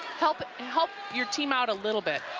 help and help your team out a little bit.